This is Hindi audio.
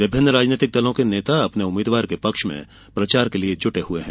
विभिन्न राजनीतिक दलों के नेता अपने उम्मीदवार के पक्ष में प्रचार के लिये जुटे हैं